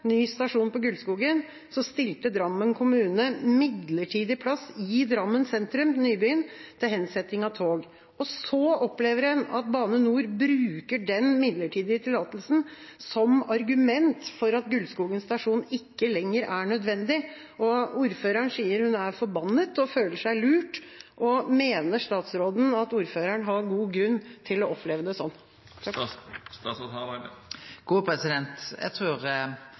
ny stasjon på Gulskogen, stilte Drammen kommune midlertidig plass i Drammen sentrum, Nybyen, til hensetting av tog. Så opplever en at Bane NOR bruker den midlertidige tillatelsen som argument for at Gulskogen stasjon ikke lenger er nødvendig. Ordføreren sier hun er forbannet og føler seg lurt. Mener statsråden at ordføreren har god grunn til å oppleve det sånn?